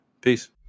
peace